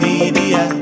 Media